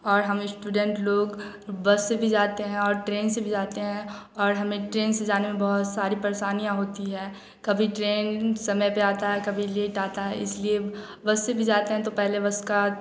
और हम स्टूडेंट लोग बस से भी जाते हैं और ट्रेन से भी जाते हैं और हमें ट्रेन से जाने में बहुत सारी परेशानियाँ होती हैं कभी ट्रेन समय पर आता है कभी लेट आता है इसलिए बस से भी जाते हैं तो पहले बस का